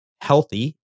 healthy